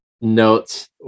notes